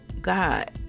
God